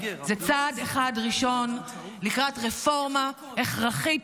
זה צעד אחד ראשון לקראת רפורמה הכרחית